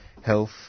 health